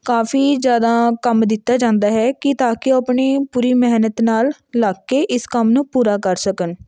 ਕਾਫੀ ਜ਼ਿਆਦਾ ਕੰਮ ਦਿੱਤਾ ਜਾਂਦਾ ਹੈ ਕਿ ਤਾਂ ਕਿ ਉਹ ਆਪਣੀ ਪੂਰੀ ਮਿਹਨਤ ਨਾਲ ਲੱਗ ਕੇ ਇਸ ਕੰਮ ਨੂੰ ਪੂਰਾ ਕਰ ਸਕਣ